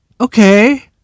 okay